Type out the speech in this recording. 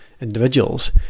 individuals